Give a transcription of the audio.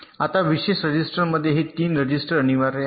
आता विशेष रेजिस्टरमध्ये हे 3 रजिस्टर अनिवार्य आहेत